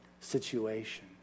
situation